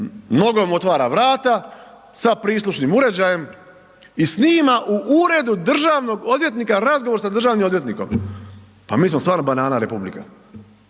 nogom otvara vrata sa prislušnim uređajem i snima u uredu državnog odvjetnika razgovor sa državnim odvjetnikom, pa mi smo stvarno banana republika,